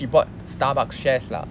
bought starbucks shares lah